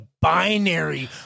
binary